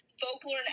Folklore